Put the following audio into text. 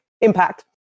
impact